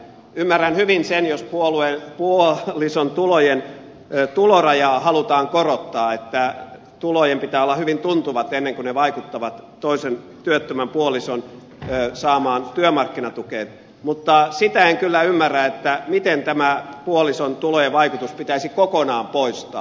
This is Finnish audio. ymmärrän hyvin sen jos puolison tulojen tulorajaa halutaan korottaa ja että tulojen pitää olla hyvin tuntuvat ennen kuin ne vaikuttavat toisen työttömän puolison saamaan työmarkkinatukeen mutta sitä en kyllä ymmärrä miksi tämä puolison tulojen vaikutus pitäisi kokonaan poistaa